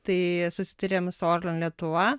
tai susitarėm su orlen lietuva